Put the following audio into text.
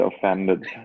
offended